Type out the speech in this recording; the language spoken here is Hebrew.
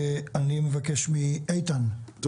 אני מבקש מאיתן, בקצרה.